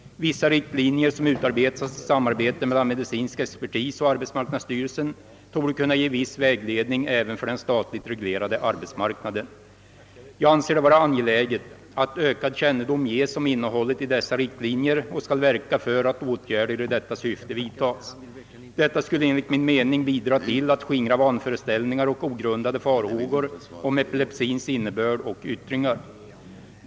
Vissa riktlinjer som utarbetats i samarbete mellan medicinsk expertis och arbetsmarknadsstyrelsen torde kunna ge viss vägledning även för den statligt reglerade arbetsmarknaden. Jag anser det vara angeläget att ökad kännedom ges om innehållet i dessa riktlinjer och skall verka för att åtgärder i detta syfte vidtas. Detta skulle enligt min mening bidra till att skingra vanföreställningar och ogrundade farhågor om cpilepsins innebörd och yttringar.